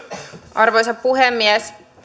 arvoisa puhemies